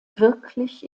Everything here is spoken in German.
wirklich